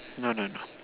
no no no